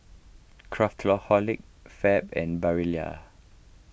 Craftholic Fab and Barilla